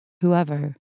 whoever